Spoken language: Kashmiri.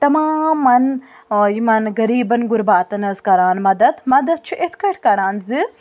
تَمامَن یِمَن غریٖبَن غُرباتَن حظ کَران مَدتھ مَدتھ چھُ یِتھ کٲٹھۍ کَران زِ